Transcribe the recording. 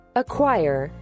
acquire